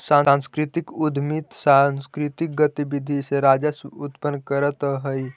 सांस्कृतिक उद्यमी सांकृतिक गतिविधि से राजस्व उत्पन्न करतअ हई